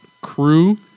crew